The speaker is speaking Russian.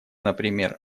например